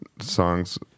songs